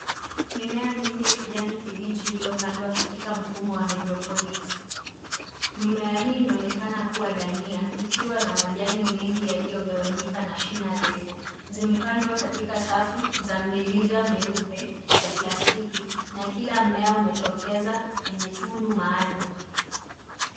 Mimea mingi ya kijani kibichi iliyopandwa katika mfumo wa haidroponiki .Mimea hii inaonekana kuwa ndania ikiwa na majani mengi yaliyongawanyika na shina refu. Zimepandwa katika safu za mirija myeupe ya plastiki na kila mmea umetokeza kwenye tundu maalum.